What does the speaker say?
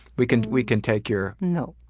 we can we can take your. no.